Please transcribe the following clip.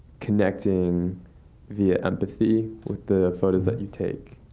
connecting via empathy with the photos that you take.